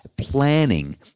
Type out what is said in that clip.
planning